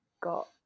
got